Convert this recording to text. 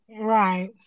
right